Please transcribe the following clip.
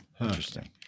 Interesting